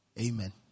Amen